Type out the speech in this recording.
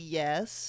yes